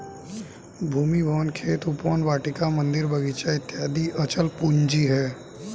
भूमि, भवन, खेत, उपवन, वाटिका, मन्दिर, बगीचा इत्यादि अचल पूंजी है